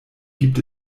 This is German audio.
gibt